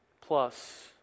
plus